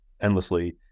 endlessly